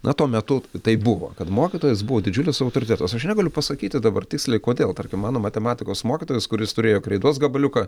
na tuo metu taip buvo kad mokytojas buvo didžiulis autoritetas aš negaliu pasakyti dabar tiksliai kodėl tarkim mano matematikos mokytojas kuris turėjo kreidos gabaliuką